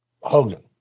Hogan